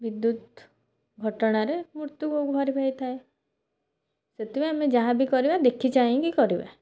ବିଦ୍ୟୁତ୍ ଘଟଣାରେ ମୃତ୍ୟୁ ହେଇଥାଏ ସେଥିପାଇଁ ଆମେ ଯାହା ବି କରିବା ଦେଖି ଚାହିଁକି କରିବା